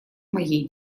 моей